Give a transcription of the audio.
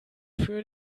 für